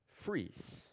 freeze